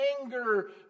anger